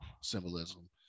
symbolism